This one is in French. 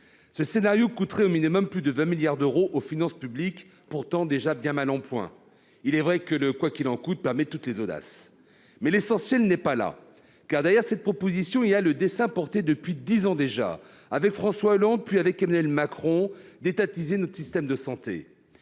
Ce scénario coûterait, au minimum, plus de 20 milliards d'euros aux finances publiques, pourtant déjà bien mal en point. Il est vrai que le « quoi qu'il en coûte » permet toutes les audaces ! L'essentiel n'est pourtant pas là. Derrière cette proposition, on retrouve le dessein, porté depuis dix ans déjà, avec François Hollande puis avec Emmanuel Macron, d'étatiser notre système de santé.